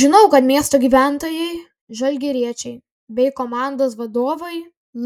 žinau kad miesto gyventojai žalgiriečiai bei komandos vadovai